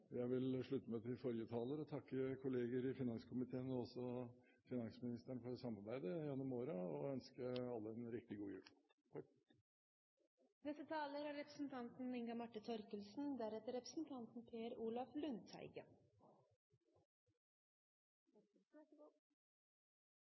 Jeg vil slutte meg til forrige taler og takke kollegaer i finanskomiteen og også finansministeren for samarbeidet gjennom året og ønske alle en riktig god